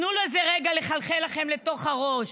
תנו לזה רגע לחלחל לכם לתוך הראש: